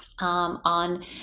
on